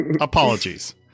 Apologies